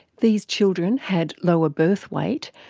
these children had lower birth weight,